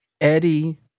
Eddie